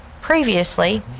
previously